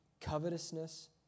covetousness